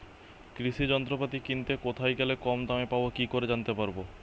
কৃষি যন্ত্রপাতি কিনতে কোথায় গেলে কম দামে পাব কি করে জানতে পারব?